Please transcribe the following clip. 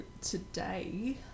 today